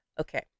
okay